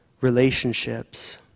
relationships